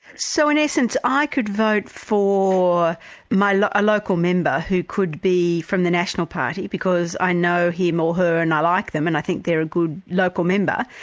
so in essence, i could vote for a like local member who could be from the national party because i know him or her, and i like them, and i think they're a good local member.